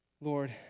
Lord